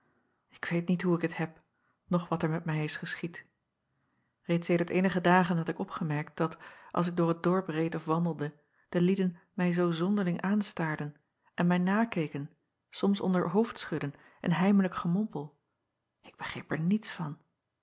k weet niet hoe ik het heb noch wat er met mij is geschied eeds sedert eenige dagen had ik opgemerkt dat als ik door het dorp reed of wandelde de lieden mij zoo zonderling aanstaarden en mij nakeken soms onder hoofdschudden en heimelijk gemompel k begreep er niets van